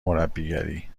مربیگری